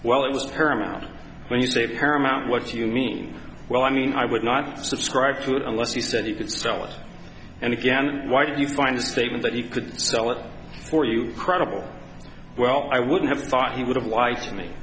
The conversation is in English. well it was paramount when you say paramount what you mean well i mean i would not subscribe to it unless you said you could sell it and again why did you find a statement that you could sell it for you credible well i would have thought he would have liked